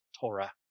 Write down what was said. Torah